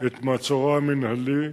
את מעצרו המינהלי,